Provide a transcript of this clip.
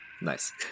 Nice